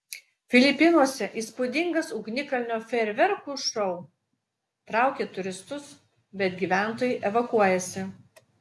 filipinuose įspūdingas ugnikalnio fejerverkų šou traukia turistus bet gyventojai evakuojasi